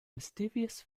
mysterious